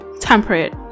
temperate